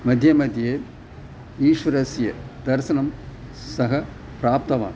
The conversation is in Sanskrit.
मध्ये मध्ये ईश्वरस्य दर्शनं सः प्राप्तवान्